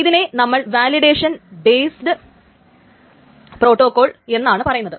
ഇതിനെ നമ്മൾ validation based protocol എന്നാണ് പറയുന്നത്